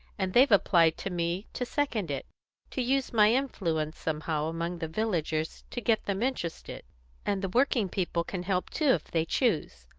and they've applied to me to second it to use my influence somehow among the villagers to get them interested and the working people can help too if they choose.